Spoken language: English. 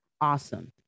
awesome